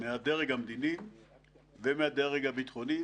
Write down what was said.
מהדרג המדיני ומהדרג הביטחוני